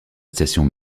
station